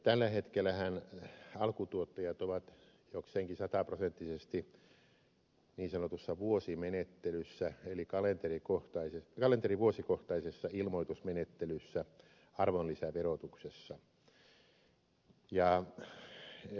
tällä hetkellähän alkutuottajat ovat jokseenkin sataprosenttisesti niin sanotussa vuosimenettelyssä eli kalenterivuosikohtaisessa ilmoitusmenettelyssä arvonlisäverotuksessa